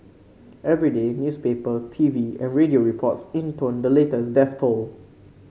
every day newspaper T V and radio reports intoned the latest death toll